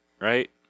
right